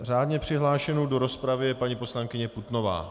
Řádně přihlášenou do rozpravy je paní poslankyně Putnová.